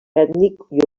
ètnic